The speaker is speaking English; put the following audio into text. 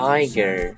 Tiger